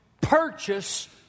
purchase